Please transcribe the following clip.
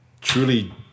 Truly